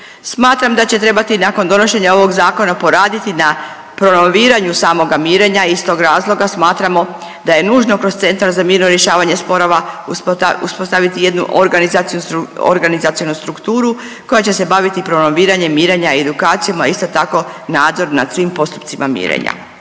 Smatram da će trebati nakon donošenja ovog Zakona poraditi na promoviranju samoga mirenja, iz tog razloga smatramo da je nužno kroz centar za mirno rješavanje sporova uspostaviti jednu organizacionu strukturu koja će se baviti promoviranjem mirenja i edukacijom, a isto tako nadzor nad svim postupcima mirenja.